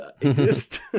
exist